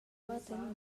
uorden